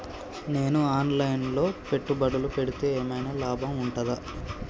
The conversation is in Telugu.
నేను ఆన్ లైన్ లో పెట్టుబడులు పెడితే ఏమైనా లాభం ఉంటదా?